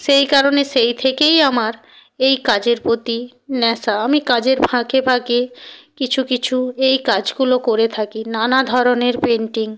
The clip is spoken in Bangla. সেই কারণে সেই থেকেই আমার এই কাজের প্রতি নেশা আমি কাজের ফাঁকে ফাঁকে কিছু কিছু এই কাজগুলো করে থাকি নানা ধরনের পেন্টিং